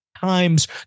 times